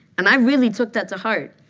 and i really took that to heart.